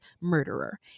murderer